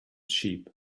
sheep